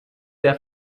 der